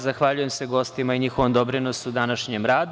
Zahvaljujem se gostima i njihovom doprinosu današnjem radu.